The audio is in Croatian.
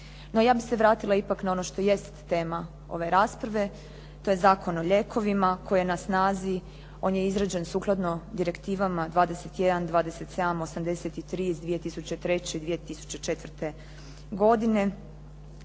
No, ja bih se vratila ipak na ono što jest tema ove rasprave, to je Zakon o lijekovima koji je na snazi, on je izrađen sukladno direktivama 21., 27. 83. iz 2003. i 2004. godine.